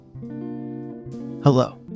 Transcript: Hello